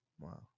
Wow